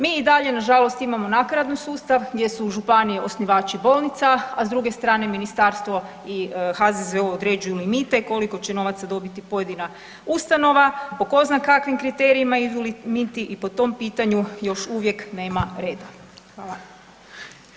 Mi i dalje nažalost imamo nakaradni sustav gdje su u županiji osnivači bolnica, a s druge strane ministarstvo i HZZO određuju limite koliko će novaca dobiti pojedina ustanova, po ko zna kakvim kriterijima idu limiti i po tom pitanju još uvijek nema reda.